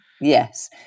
Yes